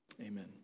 Amen